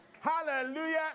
Hallelujah